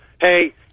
hey